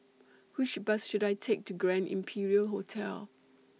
Which Bus should I Take to Grand Imperial Hotel